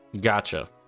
Gotcha